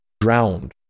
drowned